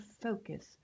focus